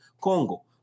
Congo